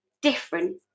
different